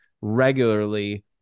regularly